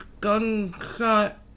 gunshot